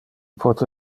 pote